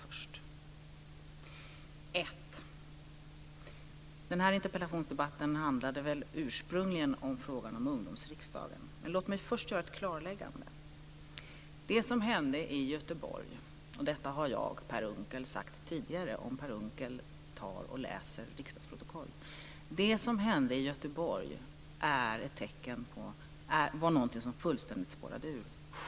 Först och främst: Den här interpellationsdebatten handlade väl ursprungligen om frågan om Ungdomsriksdagen, men låt mig inledningsvis göra ett klarläggande: Det som hände i Göteborg - detta har jag, Per Unckel, tidigare sagt; Per Unckel kan läsa riksdagens protokoll - är något som fullständigt spårade ur.